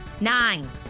Nine